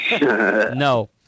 No